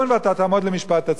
תודה רבה, אדוני.